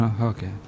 Okay